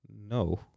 No